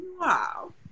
Wow